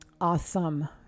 awesome